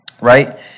right